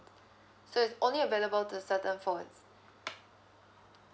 so it's only available to the certain phones